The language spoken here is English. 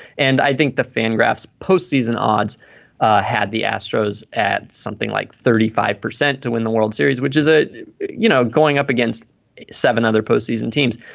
and i think the fan graf's postseason odds ah had the astros at something like thirty five percent to win the world series which is ah you know going up against seven other postseason teams.